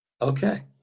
Okay